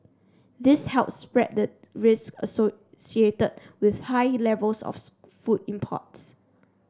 this helps spread the risks associated with high levels of food imports